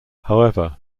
however